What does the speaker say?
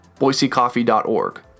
boisecoffee.org